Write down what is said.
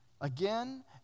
Again